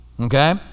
Okay